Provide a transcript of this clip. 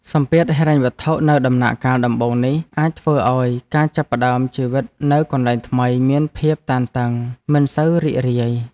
សម្ពាធហិរញ្ញវត្ថុនៅដំណាក់កាលដំបូងនេះអាចធ្វើឱ្យការចាប់ផ្ដើមជីវិតនៅកន្លែងថ្មីមានភាពតានតឹងមិនសូវរីករាយ។